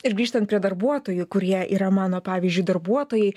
ir grįžtant prie darbuotojų kurie yra mano pavyzdžiui darbuotojai